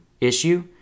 issue